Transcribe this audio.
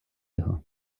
його